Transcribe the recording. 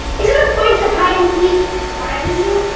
isn't the point of hide-and-seek to find you?